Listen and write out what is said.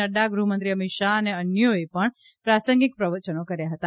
નક્રા ગૃહમંત્રી અમિત શાહ અને અન્યોએ પણ પ્રાસંગિક પ્રવચનો કર્યા હતા